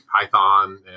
Python